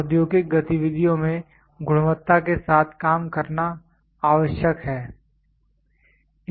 औद्योगिक गतिविधियों में गुणवत्ता के साथ काम करना आवश्यक है